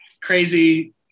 crazy